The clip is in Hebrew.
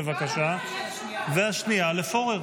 בבקשה, והשנייה לפורר.